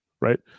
right